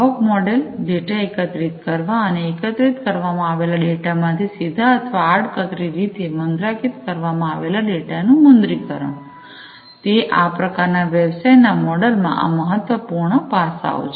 આવક model data એકત્રિત કરવા અને એકત્રિત કરવામાં આવેલા ડેટામાંથી સીધા અથવા આડકતરી રીતે મુદ્રાંકિત કરવામાં આવેલા ડેટાનું મુદ્રીકરણ તે આ પ્રકારના વ્યવસાયના મોડેલમાં આ મહત્વપૂર્ણ પાસાઓ છે